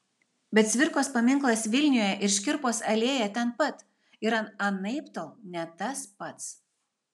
bet cvirkos paminklas vilniuje ir škirpos alėja ten pat yra anaiptol ne tas pats